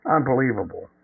Unbelievable